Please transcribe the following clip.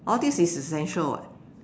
all these is essential [what]